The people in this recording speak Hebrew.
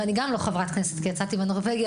ואני לא חברת כנסת כי יצאתי בנורווגי,